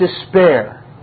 despair